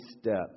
steps